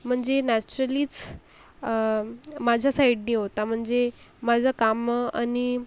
म्हणजे नॅचरलीच माझ्या साईडनी होता म्हणजे माझं काम आणि